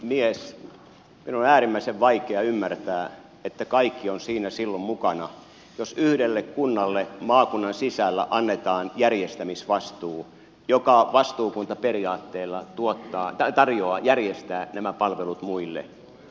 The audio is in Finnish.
minun on äärimmäisen vaikea ymmärtää että kaikki on siinä silloin mukana jos maakunnan sisällä annetaan järjestämisvastuu yhdelle kunnalle joka vastuukuntaperiaatteella tarjoaa järjestää nämä palvelut muille